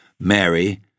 Mary